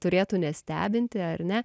turėtų nestebinti ar ne